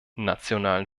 nationalen